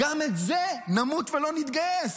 גם את זה, "נמות ולא נתגייס".